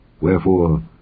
Wherefore